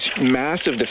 massive